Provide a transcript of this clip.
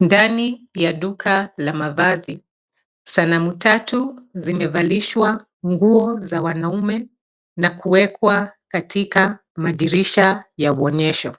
Ndani ya duka la mavazi, sanamu tatu zimevalishwa nguo za wanaume na kuwekwa katika madirisha ya uonyesho.